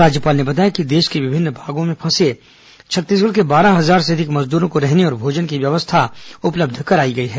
राज्यपाल ने बताया कि देश के विभिन्न भागों में फंसे छत्तीसगढ़ के बारह हजार से अधिक मजदूरो को रहने और भोजन की व्यवस्था उपलब्ध कराई गई है